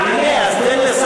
להיעלם,